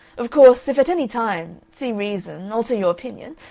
of course, if at any time see reason alter your opinion.